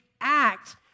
act